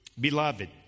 Beloved